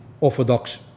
orthodox